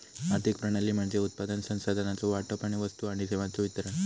आर्थिक प्रणाली म्हणजे उत्पादन, संसाधनांचो वाटप आणि वस्तू आणि सेवांचो वितरण